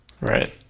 Right